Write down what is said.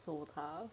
so tough